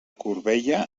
corbella